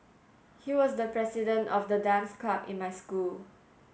he was the president of the dance club in my school